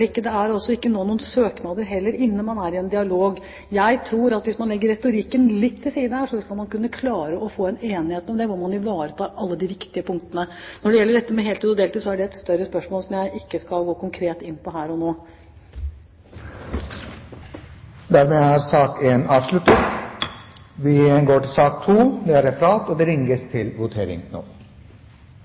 er det heller ikke nå noen søknader inne; man er i en dialog. Jeg tror at hvis man legger retorikken litt til side her, så skal man kunne klare å få en enighet om det hvor man ivaretar alle de viktige punktene. Når det gjelder dette med heltid og deltid, er det et større spørsmål som jeg ikke skal gå konkret inn på her og nå. Da er sak